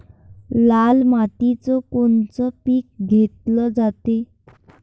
लाल मातीत कोनचं पीक घेतलं जाते?